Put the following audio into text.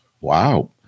wow